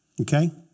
okay